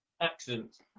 accidents